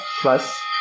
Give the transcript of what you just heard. Plus